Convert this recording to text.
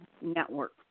Network